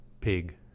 pig